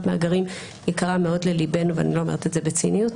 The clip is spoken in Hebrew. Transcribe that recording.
מהגרים יקרים מאוד לליבנו ואני לא אומרת את זה בציניות,